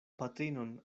patrinon